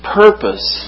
purpose